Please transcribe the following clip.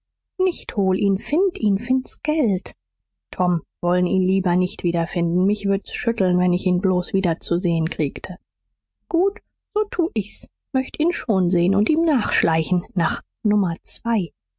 nicht hol ihn find ihn find's geld tom wollen ihn lieber nicht wiederfinden mich würd's schütteln wenn ich ihn bloß wieder zu sehen kriegte gut so tu ich's möcht ihn schon sehen und ihm nachschleichen nach nummer zwei